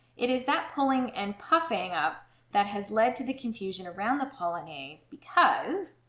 it is that pulling and puffing up that has led to the confusion around the polonaise because